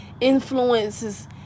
influences